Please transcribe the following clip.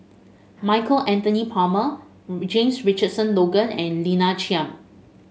Michael Anthony Palmer James Richardson Logan and Lina Chiam